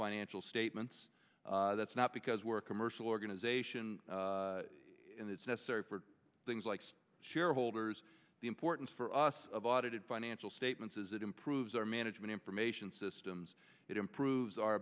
financial statements that's not because we're a commercial organization and it's necessary for things like shareholders the importance for us of audited financial statements is it improves our management information systems it improves our